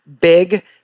big